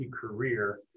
career